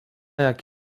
jak